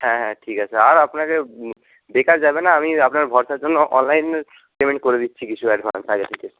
হ্যাঁ হ্যাঁ ঠিক আছে আর আপনাকে বেকার যাবে না আমি আপনার ভরসার জন্য অনলাইন পেমেন্ট করে দিচ্ছি কিছু অ্যাডভান্স আগে থেকে